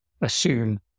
assume